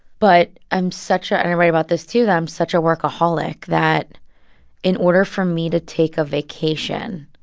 but i'm such a and i write about this too that i'm such a workaholic that in order for me to take a vacation,